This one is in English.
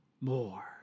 more